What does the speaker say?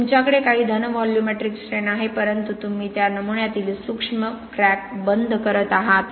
तुमच्याकडे काही धन व्हॉल्यूमेट्रिक स्ट्रैन आहे परंतु तुम्ही त्या नमुन्यातील सूक्ष्म क्रॅक बंद करत आहात